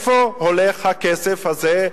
לאן הולך הכסף הזה?